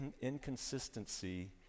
inconsistency